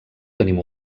tenim